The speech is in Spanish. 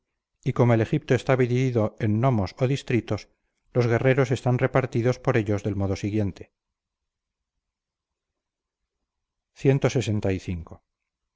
y como el egipto está dividido en nomos o distritos los guerreros están repartidos por ellos del modo siguiente clxv